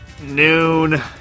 noon